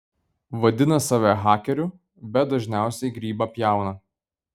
vadina save hakeriu bet dažniausiai grybą pjauna